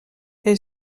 elle